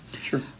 Sure